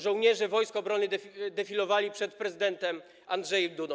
Żołnierze wojsk obrony defilowali przed prezydentem Andrzejem Dudą.